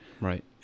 Right